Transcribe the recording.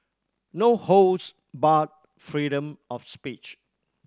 no holds barred freedom of speech